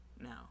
now